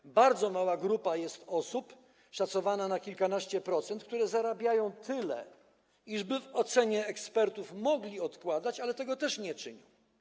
Jest bardzo mała grupa osób, szacowana na kilkanaście procent, które zarabiają tyle, że w ocenie ekspertów mogłyby odkładać, ale tego też nie czynią.